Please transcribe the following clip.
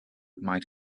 might